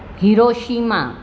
Hiroshima